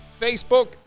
Facebook